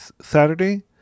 Saturday